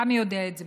גם יודע את זה,